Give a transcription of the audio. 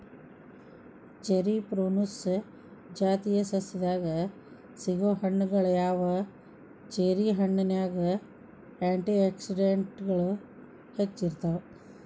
cherry prunus ಜಾತಿಯ ಸಸ್ಯದಾಗ ಸಿಗೋ ಹಣ್ಣುಗಳಗ್ಯಾವ, ಚೆರಿ ಹಣ್ಣಿನ್ಯಾಗ ಆ್ಯಂಟಿ ಆಕ್ಸಿಡೆಂಟ್ಗಳು ಹೆಚ್ಚ ಇರ್ತಾವ